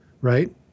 right